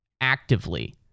actively